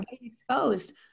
exposed